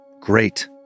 great